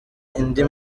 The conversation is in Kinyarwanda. indi